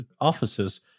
offices